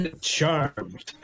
Charmed